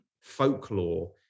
folklore